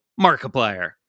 Markiplier